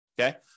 Okay